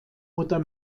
oder